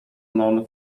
known